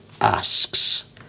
asks